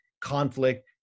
conflict